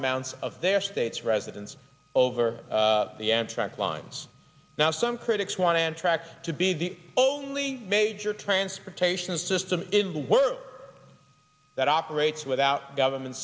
amounts of their state's residents over the amtrak lines now some critics want and tracks to be the only major transportation system in the world that operates without government